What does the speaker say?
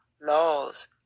laws